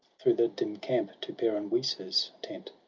through the dim camp to peran wisa's tent.